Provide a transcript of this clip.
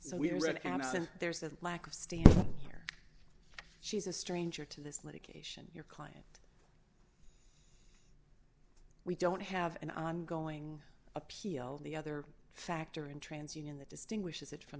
understand there's a lack of stand here she's a stranger to this litigation your client we don't have an ongoing appeal the other factor in trans union that distinguishes it from